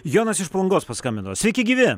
jonas iš palangos paskambino sveiki gyvi